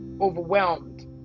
overwhelmed